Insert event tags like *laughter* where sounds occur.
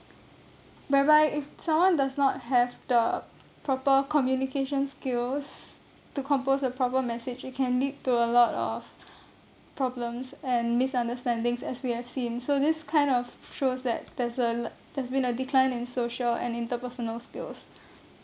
whereby if someone does not have the proper communication skills to compose a proper message it can lead to a lot of *breath* problems and misunderstandings as we have seen so this kind of shows that there's a there's been a decline in social and interpersonal skills